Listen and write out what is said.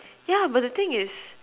yeah but the thing is